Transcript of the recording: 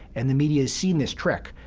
and the media has seen this trick.